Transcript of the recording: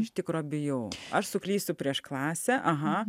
iš tikro bijau aš suklysiu prieš klasę aha